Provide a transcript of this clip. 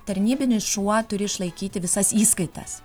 tarnybinis šuo turi išlaikyti visas įskaitas